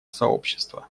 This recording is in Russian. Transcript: сообщества